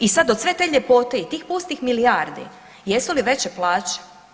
I sada od sve te ljepote i tih pustih milijardi jesu li veće plaće?